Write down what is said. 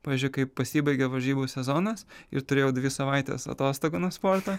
pavyzdžiui kai pasibaigia varžybų sezonas ir turėjau dvi savaites atostogų nuo sporto